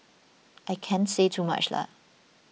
I can't say too much lah